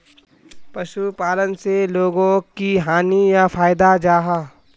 पशुपालन से लोगोक की हानि या फायदा जाहा?